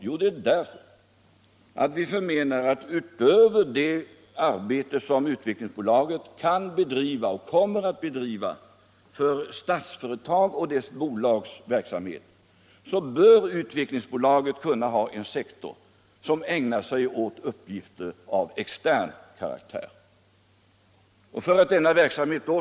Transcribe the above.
Jo, därför att vi förmenar att utöver det arbete som Utvecklingsaktiebolaget kan bedriva och kommer att bedriva för Statsföretag och dess bolags verksamhet bör Utvecklingsaktiebolaget kunna ha en sektor som ägnar sig åt uppgifter av extern karaktär. För att denna verksamhet.